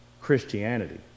Christianity